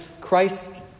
Christ